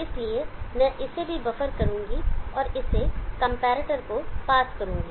इसलिए मैं इसे भी बफर करूंगा और इसे कंपैरेटर को पास करूंगा